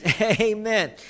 Amen